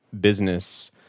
business